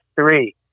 three